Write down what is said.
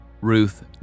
Ruth